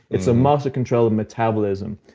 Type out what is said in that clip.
it's the master control metabolism.